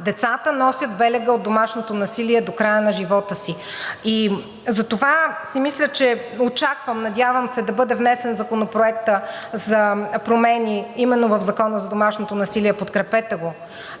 Децата носят белега от домашното насилие до края на живота си. И затова си мисля, че очаквам, надявам се да бъде внесен законопроектът за промени именно в Закона за домашното насилие. Подкрепете го,